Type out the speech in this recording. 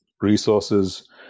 resources